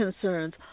concerns